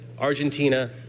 Argentina